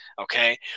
Okay